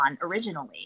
originally